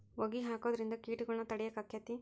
ಹೊಗಿ ಹಾಕುದ್ರಿಂದ ಕೇಟಗೊಳ್ನ ತಡಿಯಾಕ ಆಕ್ಕೆತಿ?